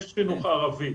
יש חינוך ערבי.